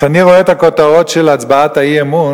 כשאני רואה את הכותרות של הצבעת האי-אמון,